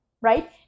right